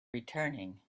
returning